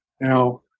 now